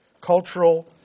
cultural